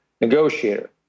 negotiator